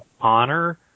honor